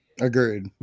agreed